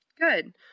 Good